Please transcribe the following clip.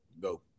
Go